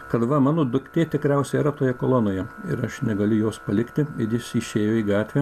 kad va mano duktė tikriausiai yra toje kolonoje ir negaliu jos palikti ir jis išėjo į gatvę